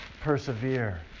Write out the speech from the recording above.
Persevere